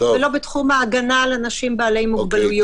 ולא בתחום ההגנה על אנשים בעלי מוגבלויות.